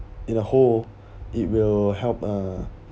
in a whole it will help uh